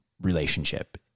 relationship